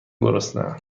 گرسنهام